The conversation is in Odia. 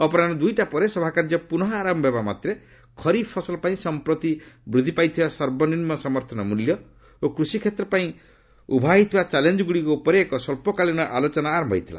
ଅପରାହୁ ଦୂଇଟା ପରେ ସଭାକାର୍ଯ୍ୟ ପୁନଃ ଆରମ୍ଭ ହେବା ମାତ୍ରେ ଖରିଫ୍ ଫସଲ ପାଇଁ ସମ୍ପ୍ରତି ବୃଦ୍ଧି ପାଇଥିବା ସର୍ବନିମ୍ବ ସମର୍ଥନ ମୂଲ୍ୟ ଓ କୃଷି କ୍ଷେତ୍ର ପାଇଁ ଉଭା ହୋଇଥିବା ଚ୍ୟାଲେଞ୍ଜଗୁଡ଼ିକ ଉପରେ ଏକ ସ୍ୱଚ୍ଚକାଳୀନ ଆଲୋଚନା ଆରମ୍ଭ ହୋଇଥିଲା